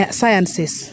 Sciences